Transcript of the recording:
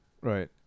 right